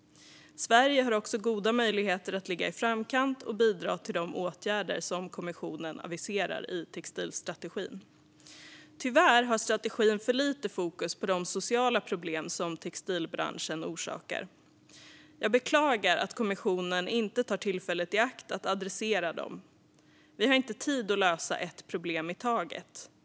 Sverige har också goda möjligheter att ligga i framkant och bidra till de åtgärder som kommissionen aviserar i textilstrategin. Tyvärr har strategin för lite fokus på de sociala problem som textilbranschen orsakar. Jag beklagar att kommissionen inte tar tillfället i akt att adressera dem. Vi har inte tid att lösa ett problem i taget.